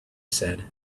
said